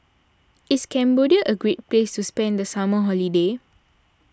is Cambodia a great place to spend the summer holiday